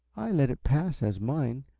i let it pass as mine,